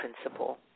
principle